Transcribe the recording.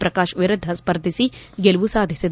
ಪ್ರಕಾಶ್ ವಿರುದ್ಧ ಸ್ಪರ್ಧಿಸಿ ಗೆಲುವು ಸಾಧಿಸಿದ್ದರು